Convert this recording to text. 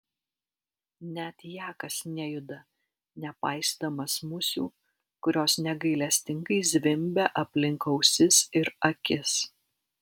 net jakas nejuda nepaisydamas musių kurios negailestingai zvimbia aplink ausis ir akis